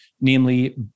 namely